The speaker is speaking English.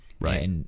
Right